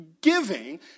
giving